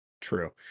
true